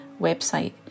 website